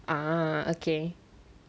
ah okay